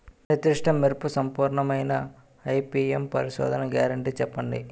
నిర్దిష్ట మెరుపు సంపూర్ణమైన ఐ.పీ.ఎం పరిశోధన గ్యారంటీ చెప్పండి?